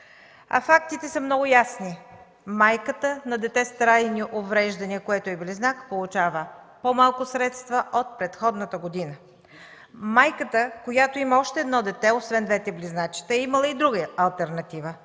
а фактите са много ясни – майката на дете с трайни увреждания, което е близнак, получава по-малко средства от предходната година. Майката, която има още едно дете освен двете близначета, е имала и друга алтернатива